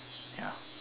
ya